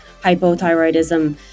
hypothyroidism